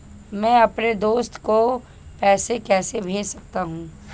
मैं अपने दोस्त को पैसे कैसे भेज सकता हूँ?